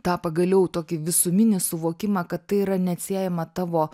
tą pagaliau tokį visuminį suvokimą kad tai yra neatsiejama tavo